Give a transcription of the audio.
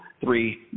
three